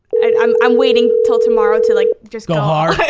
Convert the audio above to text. i'm i'm waiting till tomorrow to like just go hard.